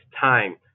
time